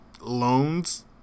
loans